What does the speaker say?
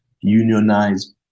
unionize